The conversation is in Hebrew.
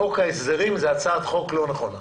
חוק ההסדרים הוא הצעת חוק לא נכונה.